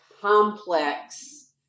complex